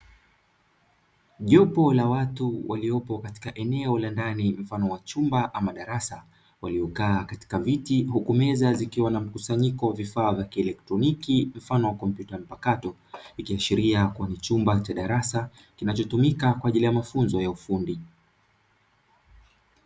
Jopo la watu waliopo katika eneo la ndani mfano wa chumba ama darasa, waliokaa katika viti huku meza ikiwa na mkusanyiko wa vifaa vya kielektroniki mfano kompyuta mpakato, ikiashiria kuwa ni chumba cha darasa kinachotumika kwa ajili ya mafunzo ya ufundi.